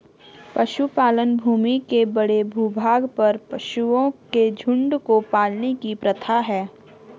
पशुपालन भूमि के बड़े भूभाग पर पशुओं के झुंड को पालने की प्रथा है